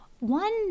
One